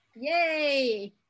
Yay